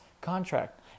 contract